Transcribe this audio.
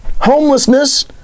homelessness